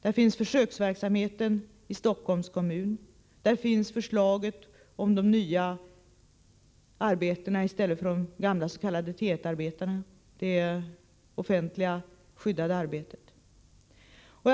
Där finns försöksverksamheten i Stockholms kommun, där finns förslaget om de nya skyddade arbetena hos offentliga arbetsgivare i stället för de gamla s.k. T 1-arbetena.